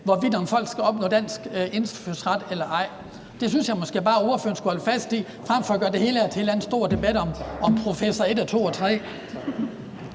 hvorvidt folk skal opnå dansk indfødsret eller ej. Det synes jeg måske bare at ordføreren skulle holde fast i frem for at gøre det hele til en eller anden stor debat om professor et og to